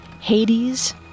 Hades